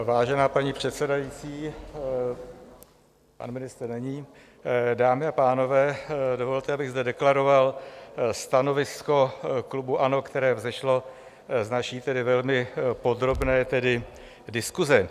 Vážená paní předsedající , pan ministr není, dámy a pánové, dovolte, abych zde deklaroval stanovisko klubu ANO, které vzešlo z naší tedy velmi podrobné diskuse.